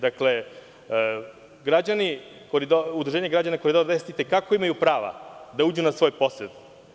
Dakle, udruženje građana Koridora 10 i te kako imaju prava da uđu na svoj posed.